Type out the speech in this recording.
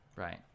right